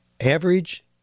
average